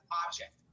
object